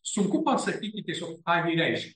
sunku pasakyti tiesiog ką tai reiškia